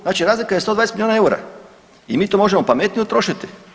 Znači razlika je 120 miliona EUR-a i mi to možemo pametnije utrošiti.